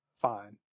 Fine